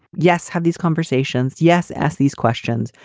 yes. have these conversations. yes. ask these questions.